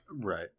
right